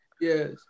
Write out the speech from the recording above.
Yes